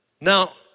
Now